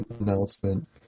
announcement